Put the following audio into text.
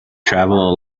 travel